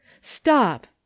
Stop